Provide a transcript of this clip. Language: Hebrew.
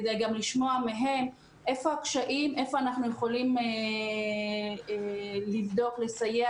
כדי לשמוע מהם איפה הקשיים ואיפה אנחנו יכולים לבדוק ולסייע